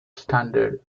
standard